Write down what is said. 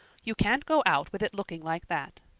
you can't go out with it looking like that.